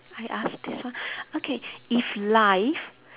I ask this one okay if life